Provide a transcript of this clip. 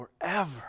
forever